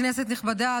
כנסת נכבדה,